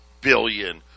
billion